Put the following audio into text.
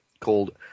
called